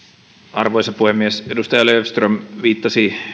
arvoisa puhemies edustaja löfström viittasi